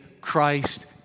Christ